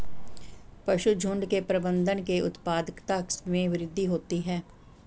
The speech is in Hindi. पशुझुण्ड के प्रबंधन से उत्पादकता में वृद्धि होती है